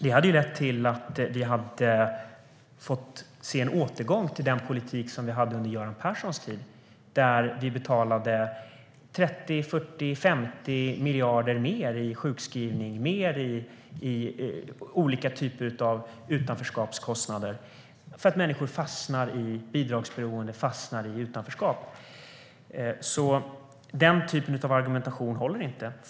Det hade lett till att vi hade fått se en återgång till den politik som vi hade under Göran Perssons tid, när vi betalade 30, 40 eller 50 miljarder mer i sjukskrivning, mer i olika typer av utanförskapskostnader därför att människor fastnar i bidragsberoende, fastnar i utanförskap. Den typen av argumentation håller inte.